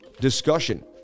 discussion